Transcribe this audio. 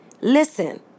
listen